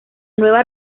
nueva